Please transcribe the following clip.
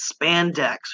spandex